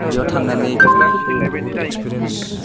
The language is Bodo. बेयाव थांनानै